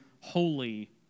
holy